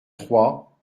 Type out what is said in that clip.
trois